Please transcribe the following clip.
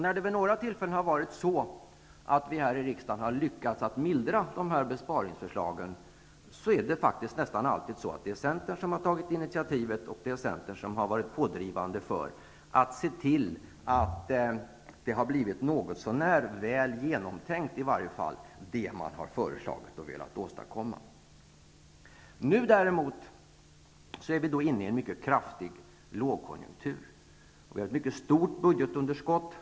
När vi vid några tillfällen här i riksdagen har lyckats att mildra besparingsförslagen, har det nästan alltid varit Centern som har tagit initiativet och varit pådrivande för att se till att det som Socialdemokraterna har föreslagit och velat åstadkomma har blivit något så när genomtänkt. Nu är vi däremot inne i en mycket kraftig lågkonjunktur. Budgetunderskottet är mycket stort.